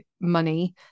money